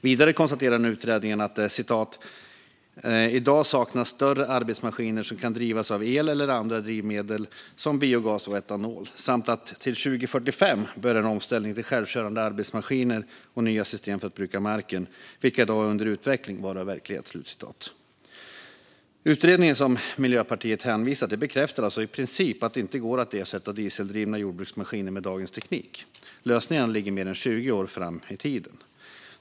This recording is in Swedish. Vidare konstateras i utredningen att "det i dag saknas större arbetsmaskiner som kan drivas av el eller andra drivmedel som biogas och etanol. Utredningen bedömer att till 2045 bör en omställning till självkörande arbetsmaskiner och nya system för att bruka marken, vilka i dag är under utveckling, att vara verklighet". Den utredning som Miljöpartiet hänvisar till bekräftar alltså i princip att det inte går att ersätta dieseldrivna jordbruksmaskiner med dagens teknik. Lösningarna ligger mer än 20 år framåt i tiden.